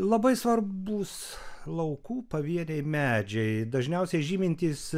labai svarbūs laukų pavieniai medžiai dažniausiai žymintys